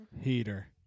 heater